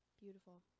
Beautiful